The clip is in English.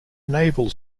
naval